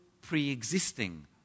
pre-existing